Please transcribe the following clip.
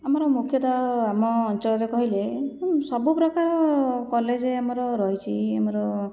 ଆମର ମୁଖ୍ୟତଃ ଆମ ଅଞ୍ଚଳରେ କହିଲେ ସବୁ ପ୍ରକାର କଲେଜ ଆମର ରହିଛି ଆମର